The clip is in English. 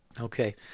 Okay